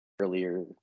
earlier